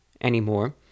anymore